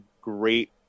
great